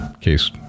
case